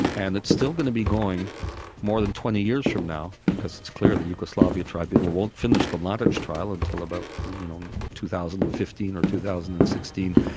and it's still going to be going more than twenty years from now because it's clear the yugoslavia tribunal won't finish the mladic trial until about two thousand and fifteen or two thousand and sixteen,